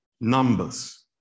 Numbers